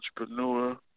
entrepreneur